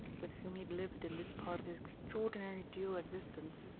with whom he lived in this part of his extraordinary dual existence,